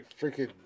freaking